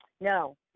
No